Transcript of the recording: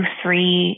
three